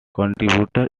contributors